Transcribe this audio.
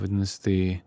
vadinasi tai